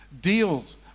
deals